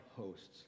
hosts